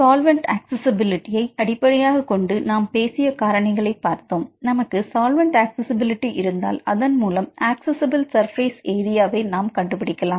solvent accessibility அடிப்படையாகக் கொண்டு நாம் பேசிய காரணிகளை பார்த்தோம் நமக்கு சால்வன்ட் ஆக்ஸ்ஸிபிலிடி இருந்தால் அதன்மூலம் அக்சஸிபிள் சர்ஃபேஸ் ஏரியாவை நாம் கண்டுபிடிக்கலாம்